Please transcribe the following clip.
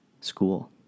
school